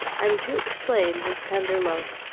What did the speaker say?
and to explain his tender love.